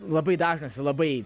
labai dažnas ir labai